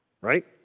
right